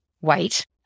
wait